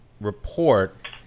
report